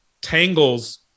tangles